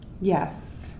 Yes